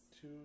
Two